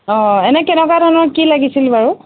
অ এনেই কেনেকুৱা ধৰণৰ কি লাগিছিল বাৰু